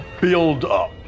build-up